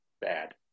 bad